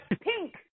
pink